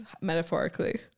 metaphorically